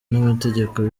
n’amategeko